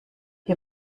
ihr